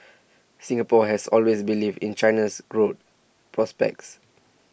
Singapore has always believed in China's growth prospects